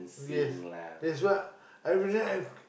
yes that's what I wouldn't have